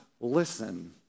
listen